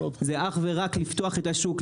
זה אך ורק לפתוח את השוק,